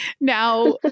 Now